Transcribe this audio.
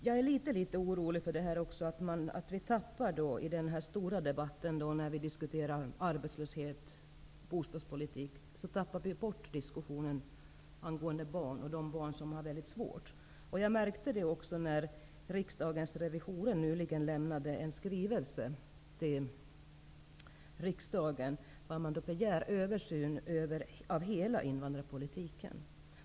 Jag är litet orolig över att vi i den stora debatten om arbetslöshet och bostadspolitik tappar bort diskussionen om barn, om barn som har det väldigt svårt. Riksdagens revisorer har nyligen lämnat riksdagen en skrivelse, i vilken de begär en översyn av hela invandrarpolitiken.